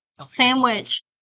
sandwich